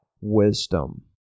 wisdom